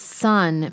son